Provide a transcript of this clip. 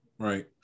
Right